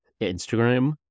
instagram